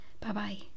Bye-bye